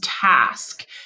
task